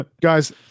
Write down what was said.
guys